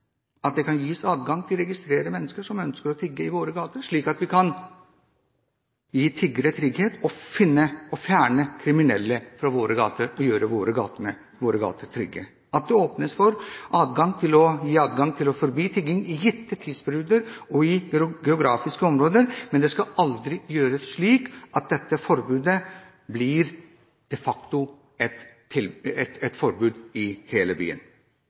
at det kan gis adgang til å registrere mennesker som ønsker å tigge i våre gater, slik at vi kan gi tiggere trygghet, fjerne kriminelle fra våre gater og gjøre våre gater trygge. Det åpnes for å gi adgang til å forby tigging i gitte tidsperioder og i gitte geografiske områder, men det skal aldri gjøres slik at det blir et de facto forbud i hele byen.